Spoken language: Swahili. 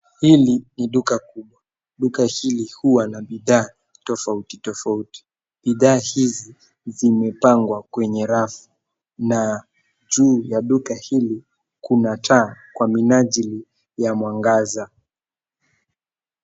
Hili ni duka kuu. Duka hili huwa na bidhaa tofauti tofauti. Bidhaa hizi zimepangwa kwenye rafu na juu ya duka hili kuna taa kwa minajili ya mwangaza.